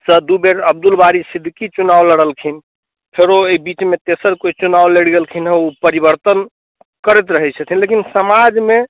सँ दू बेर अब्दुल बारी सिद्दीकी चुनाव लड़लखिन फेरो एहि बीचमे तेसर कोइ चुनाव लड़ि गेलखिन हेँ ओ परिवर्तन करैत रहैत छथिन लेकिन समाजमे